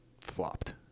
flopped